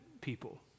people